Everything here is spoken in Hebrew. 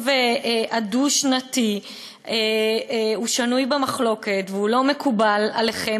הדו-שנתי הוא שנוי במחלוקת ולא מקובל עליכם,